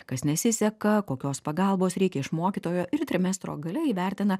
kas nesiseka kokios pagalbos reikia iš mokytojo ir trimestro gale įvertina